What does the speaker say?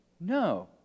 No